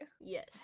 Yes